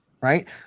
right